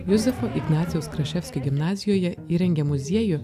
juzefo ignacijaus kraševskio gimnazijoje įrengė muziejų